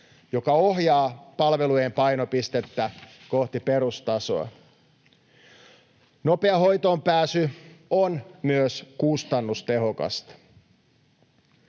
joka ohjaa palvelujen painopistettä kohti perustasoa. Nopea hoitoonpääsy on myös kustannustehokasta.